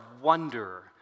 wonder